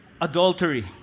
adultery